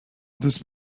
this